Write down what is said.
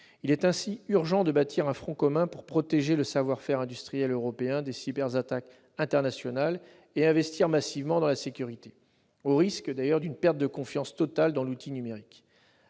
Il est ainsi urgent de constituer un front commun pour protéger le savoir-faire industriel européen des cyberattaques internationales et investir massivement dans la sécurité, sous peine d'une perte totale de confiance dans l'outil numérique.